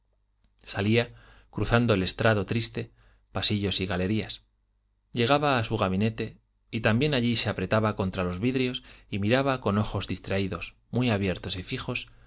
salía cruzando el estrado triste pasillos y galerías llegaba a su gabinete y también allí se apretaba contra los vidrios y miraba con ojos distraídos muy abiertos y fijos